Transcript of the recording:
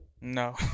No